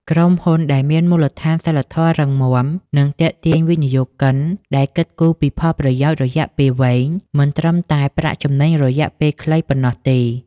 ក្រុមហ៊ុនដែលមានមូលដ្ឋានសីលធម៌រឹងមាំ នឹងទាក់ទាញវិនិយោគិនដែលគិតគូរពីផលប៉ះពាល់រយៈពេលវែង មិនមែនត្រឹមតែប្រាក់ចំណេញរយៈពេលខ្លីប៉ុណ្ណោះទេ។